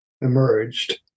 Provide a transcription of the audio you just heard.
emerged